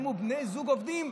אם שני בני זוג עובדים,